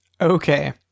Okay